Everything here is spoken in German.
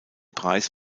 preis